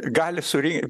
gali surinkt